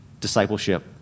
discipleship